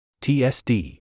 TSD